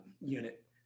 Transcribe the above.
unit